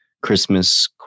Christmas